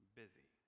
busy